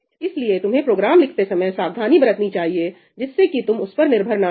इसलिए तुम्हें प्रोग्राम लिखते समय सावधानी बरतनी चाहिए जिससे कि तुम उस पर निर्भर न रहो